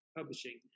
publishing